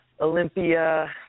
Olympia